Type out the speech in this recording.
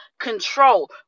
control